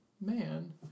man